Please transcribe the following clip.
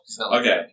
Okay